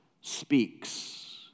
speaks